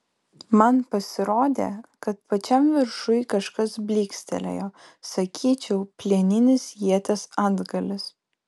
man pasirodė kad pačiam viršuj kažkas blykstelėjo sakyčiau plieninis ieties antgalis